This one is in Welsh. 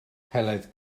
heledd